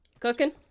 Cooking